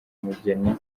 umugeni